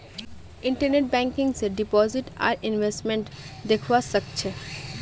internet banking स deposit आर investment दख्वा स ख छ